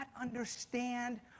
understand